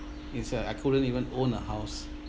it's uh I couldn't even own a house